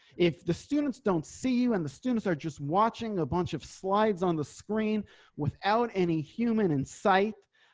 if the students don't see you and the students are just watching a bunch of slides on the screen without any human and site.